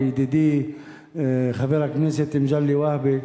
וידידי חבר הכנסת מגלי והבה,